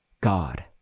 God